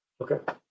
Okay